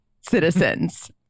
citizens